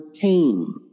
pain